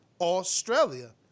Australia